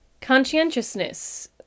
Conscientiousness